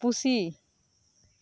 ᱯᱩᱥᱤ